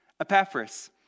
Epaphras